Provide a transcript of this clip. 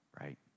right